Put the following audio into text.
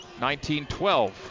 19-12